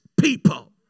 people